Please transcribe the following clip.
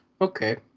Okay